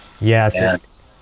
Yes